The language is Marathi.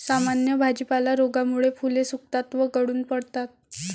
सामान्य भाजीपाला रोगामुळे फुले सुकतात व गळून पडतात